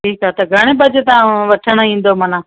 ठीकु आहे त घणे वजे तव्हां वठणु ईंदो माना